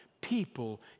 people